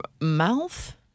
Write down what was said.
mouth